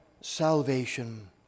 salvation